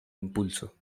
impulso